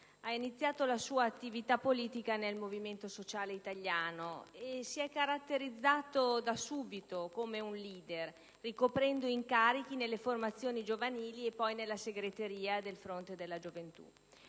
ha iniziato la sua attività politica nel Movimento Sociale Italiano, caratterizzandosi da subito come un *leader*, ricoprendo incarichi nelle formazioni giovanili e poi nella segreteria del Fronte della Gioventù.